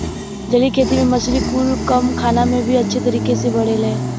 जलीय खेती में मछली कुल कम खाना में भी अच्छे तरीके से बढ़ेले